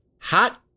Hot